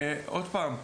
עוד פעם,